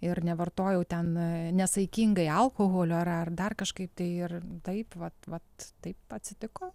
ir nevartojau ten nesaikingai alkoholio ar ar dar kažkaip tai ir taip vat vat taip atsitiko